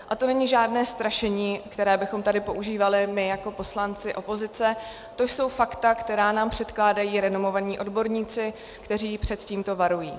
A to není žádné strašení, které bychom tady používali my jako poslanci opozice, to jsou fakta, která nám předkládají renomovaní odborníci, kteří před tímto varují.